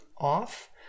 off